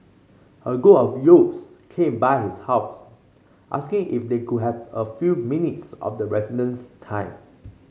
a group of youths came by his house asking if they could have a few minutes of the resident's time